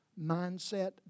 mindset